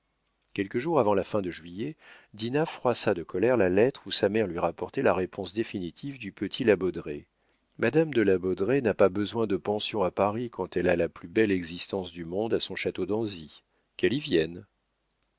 quelques jours avant la fin de juillet dinah froissa de colère la lettre où sa mère lui rapportait la réponse définitive du petit la baudraye madame de la baudraye n'a pas besoin de pension à paris quand elle a la plus belle existence du monde à son château d'anzy qu'elle y vienne